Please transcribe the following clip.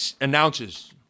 announces